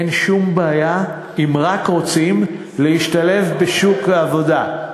אין שום בעיה, אם רק רוצים, להשתלב בשוק העבודה,